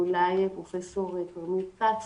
ואולי פרופ' כרמית כץ